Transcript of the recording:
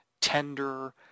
tender